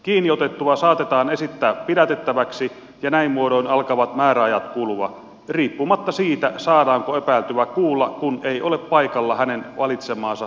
kiinni otettua saatetaan esittää pidätettäväksi ja näin muodoin alkavat määräajat kulua riippumatta siitä saadaanko epäiltyä kuulla kun ei ole paikalla hänen valitsemaansa avustajaa